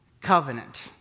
covenant